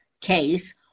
case